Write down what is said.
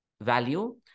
value